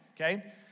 okay